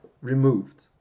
removed